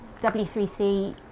W3C